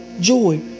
joy